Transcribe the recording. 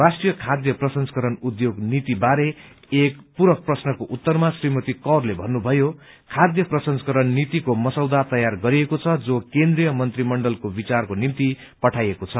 राष्ट्रीय खाद्य प्रसंस्करण उद्योग नीतिको बारेमा एक पूरक प्रश्नको उत्तरमा श्रीमती कौरले भन्नुभयो खाद्य प्रसंस्करण नीतिको मसौदा तयार गरिएको छ जो केन्द्रीय मन्त्रीमण्डलको विचारको निम्ति पठाइएको छ